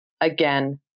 again